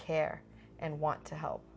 care and want to help